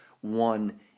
One